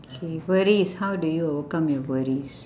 okay worries how do you overcome your worries